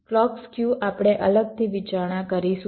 clock skew આપણે અલગથી વિચારણા કરીશું